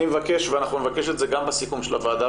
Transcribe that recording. אני מבקש ואנחנו נבקש את זה גם בסיכום של הוועדה,